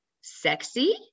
Sexy